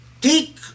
Take